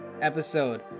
episode